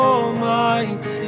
Almighty